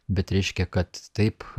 bet reiškia kad taip